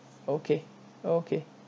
okay okay